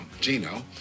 Gino